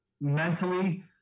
mentally